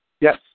Yes